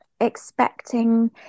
expecting